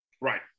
Right